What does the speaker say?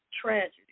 tragedy